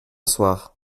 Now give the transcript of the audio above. soir